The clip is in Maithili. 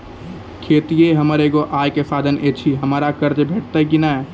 खेतीये हमर एगो आय के साधन ऐछि, हमरा कर्ज भेटतै कि नै?